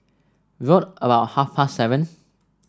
round about half past seven